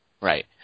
Right